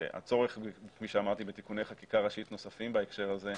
והצורך כפי שאמרתי בתיקוני חקיקה ראשית נוספים בהקשר הזה,